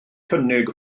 cynnig